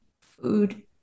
Food